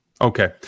Okay